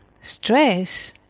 stress